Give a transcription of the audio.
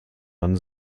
man